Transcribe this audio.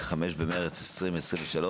5.3.23,